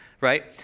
right